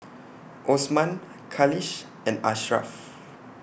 Osman Khalish and Ashraff